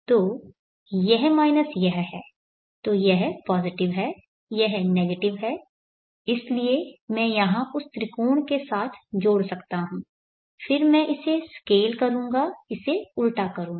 तो यह माइनस यह है तो यह पॉजिटिव है यह नेगेटिव है इसलिए मैं यहां उस त्रिकोण के साथ जोड़ सकता हूं फिर मैं इसे स्केल करूंगा इसे उलटा करूंगा